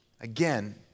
Again